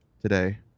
today